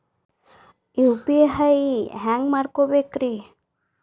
UPI ಹ್ಯಾಂಗ ಮಾಡ್ಕೊಬೇಕ್ರಿ?